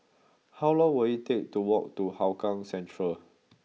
how long will it take to walk to Hougang Central